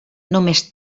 només